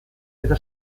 eta